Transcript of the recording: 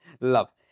Love